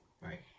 Right